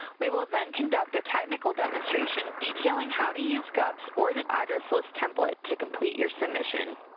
we will then conduct a technical demonstration detailing how to use gups or the address list template to complete your submission.